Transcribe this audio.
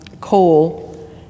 coal